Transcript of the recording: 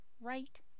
right